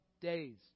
days